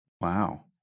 Wow